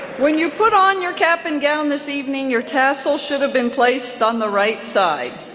when you put on your cap and gown this evening, your tassel should have been placed on the right side.